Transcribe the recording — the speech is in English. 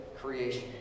creation